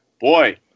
boy